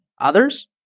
others